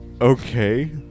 Okay